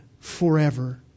forever